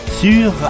sur